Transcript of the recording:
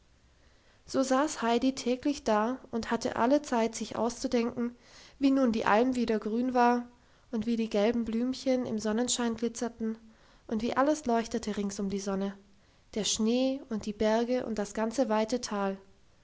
so saß heidi täglich da und hatte alle zeit sich auszudenken wie nun die alm wieder grün war und wie die gelben blümchen im sonnenschein glitzerten und wie alles leuchtete rings um die sonne der schnee und die berge und das ganze weite tal